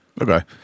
okay